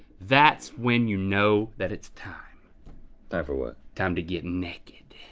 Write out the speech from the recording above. that's when you know that it's time. time for what? time to get naked.